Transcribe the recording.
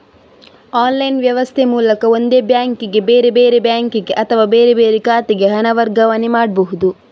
online ವ್ಯವಸ್ಥೆ ಮೂಲಕ ಒಂದೇ ಬ್ಯಾಂಕಿಗೆ, ಬೇರೆ ಬೇರೆ ಬ್ಯಾಂಕಿಗೆ ಅಥವಾ ಬೇರೆ ಬೇರೆ ಖಾತೆಗೆ ಹಣ ವರ್ಗಾವಣೆ ಮಾಡ್ಬಹುದು